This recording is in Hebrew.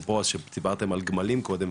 דיברתם על גמלים קודם,